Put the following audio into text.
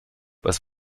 was